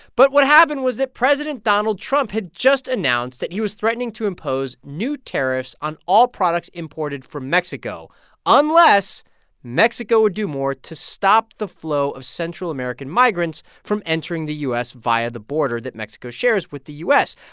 but what happened was that president donald trump had just announced that he was threatening to impose new tariffs on all products imported from mexico unless mexico would do more to stop the flow of central american migrants from entering the u s. via the border that mexico shares with the u s.